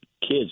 kids